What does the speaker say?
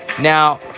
Now